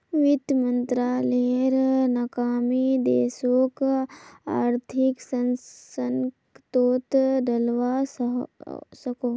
वित मंत्रालायेर नाकामी देशोक आर्थिक संकतोत डलवा सकोह